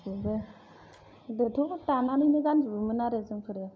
बयबो गोदोथ' दानानैनो गानजोबोमोन आरो जोंफोरो